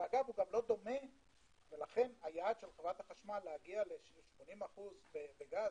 ולכן היעד של חברת החשמל להגיע ל-80% בגז,